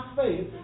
faith